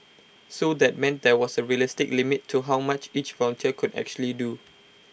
so that meant there was A realistic limit to how much each volunteer could actually do